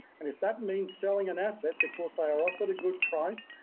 and if that means selling an asset because they are offered a good price,